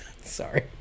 sorry